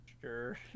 Sure